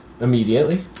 immediately